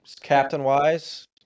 captain-wise